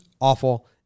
awful